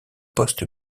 poste